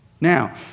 Now